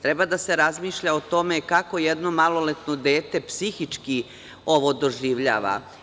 Treba da se razmišlja o tome kako jedno maloletno dete psihički ovo doživljava?